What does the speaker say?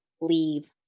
leave